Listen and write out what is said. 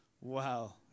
Wow